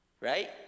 Right